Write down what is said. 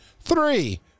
Three